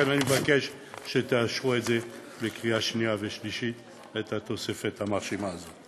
אני מבקש שתאשרו בקריאה שנייה ושלישית את התוספת המרשימה הזאת.